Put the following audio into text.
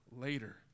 later